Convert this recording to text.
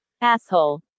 Asshole